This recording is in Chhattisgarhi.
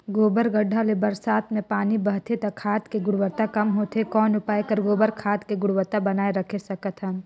गोबर गढ्ढा ले बरसात मे पानी बहथे त खाद के गुणवत्ता कम होथे कौन उपाय कर गोबर खाद के गुणवत्ता बनाय राखे सकत हन?